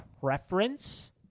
preference